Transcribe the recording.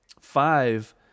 Five